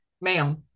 Ma'am